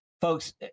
folks